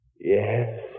Yes